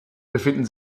befinden